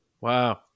wow